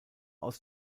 aus